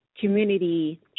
community